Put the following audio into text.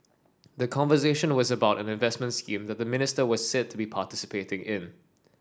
the conversation was about an investment scheme that the minister was said to be participating in